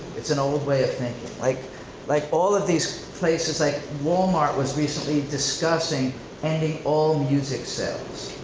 it's an old way of thinking, like like all of these places, like walmart was recently discussing ending all music sales.